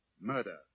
Murder